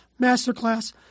masterclass